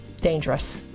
dangerous